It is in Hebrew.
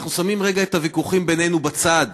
אנחנו שמים רגע את הוויכוחים בינינו בצד,